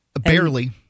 Barely